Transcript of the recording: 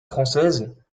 française